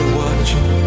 watching